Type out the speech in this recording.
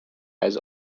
has